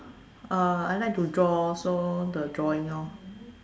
uh I like to draw so the drawing lor